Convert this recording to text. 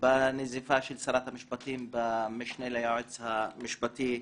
בנזיפה של שרת המשפטים במשנה ליועץ המשפטי,